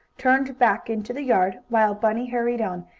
turned back into the yard, while bunny hurried on,